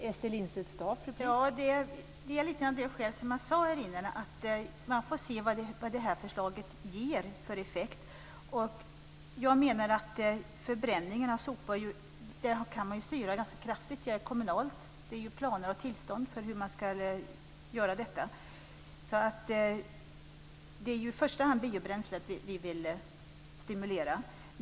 Fru talman! Skälet är liknande det jag nämnde, man får se vad förslaget ger för effekt. Förbränning av sopor kan man styra kraftigt kommunalt, genom planer och tillstånd. Vi vill i första hand stimulera användningen av biobränsle.